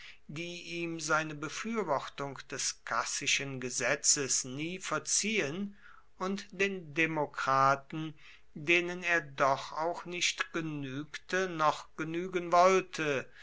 die ihm seine befürwortung des cassischen gesetzes nie verziehen und den demokraten denen er doch auch nicht genügte noch genügen wollte